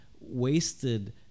wasted